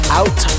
out